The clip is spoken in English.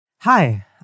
Hi